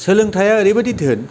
सोलोंथाया ओरैबायदि धोन